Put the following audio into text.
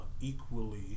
equally